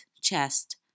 chest